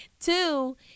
Two